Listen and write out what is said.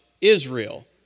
Israel